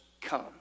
come